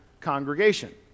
congregation